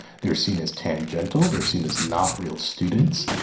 they're seen as tangential. they're seen as not real students.